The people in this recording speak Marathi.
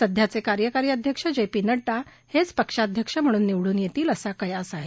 सध्याचे कार्यकारी अध्यक्ष जे पी नङ्डा हेच पक्षाध्यक्ष म्हणून निवडून येतील असा कयास आहे